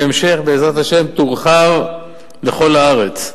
בהמשך, בעזרת השם, תורחב לכל הארץ.